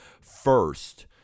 First